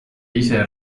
ise